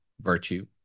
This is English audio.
virtue